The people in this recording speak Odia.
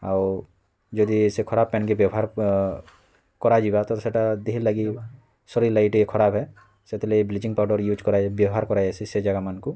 ଆଉ ଯଦି ସେ ଖରାପ ପାନ୍ କେ ବ୍ୟବହାର୍ କରାଯିବା ତ ସେଟା ଦିହର୍ ଲାଗି ଶରୀର୍ ଲାଗି ଟିକେ ଖରାପ ହେ ସେଥିର୍ ଲାଗି ବ୍ଲିଚିଙ୍ଗ୍ ପାଉଡ଼ର୍ ୟୁଜ୍ କରା ଯାଇସି ବ୍ୟବହାର୍ କରା ଯାଇସି ସେ ଜାଗାମାନଙ୍କୁ